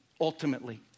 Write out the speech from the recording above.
ultimately